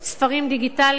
ספרים דיגיטליים,